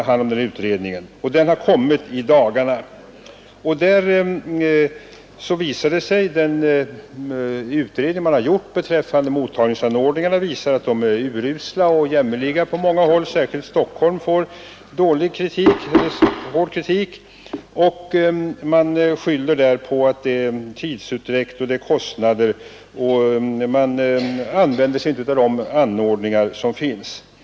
Betänkandet har kommit i dagarna, och den undersökning som har gjorts beträffande mottagningsanordningarna visar att de är jämmerliga på många håll. Särskilt Stockholm får hård kritik; man skyller där på tidsutdräkt och kostnader och på att de anordningar som finns inte använts.